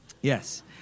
Yes